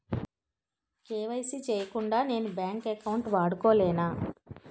KYC చేయకుండా నేను bank account వాడుకొలేన?